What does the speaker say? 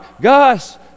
Gus